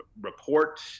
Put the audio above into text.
report